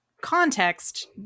context